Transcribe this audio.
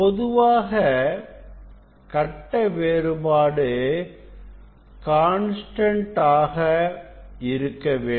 பொதுவாக கட்ட வேறுபாடு கான்ஸ்டன்ட் ஆக இருக்க வேண்டும்